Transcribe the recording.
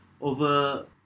over